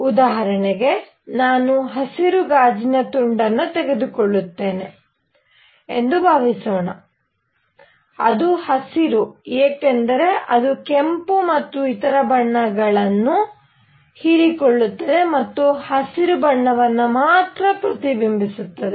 ಉದಾಹರಣೆಗೆ ನಾನು ಹಸಿರು ಗಾಜಿನ ತುಂಡು ತೆಗೆದುಕೊಳ್ಳುತ್ತೇನೆ ಎಂದು ಭಾವಿಸೋಣ ಅದು ಹಸಿರು ಏಕೆಂದರೆ ಅದು ಕೆಂಪು ಮತ್ತು ಇತರ ಬಣ್ಣಗಳನ್ನು ಹೀರಿಕೊಳ್ಳುತ್ತದೆ ಮತ್ತು ಹಸಿರು ಬಣ್ಣವನ್ನು ಪ್ರತಿಬಿಂಬಿಸುತ್ತದೆ